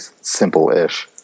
simple-ish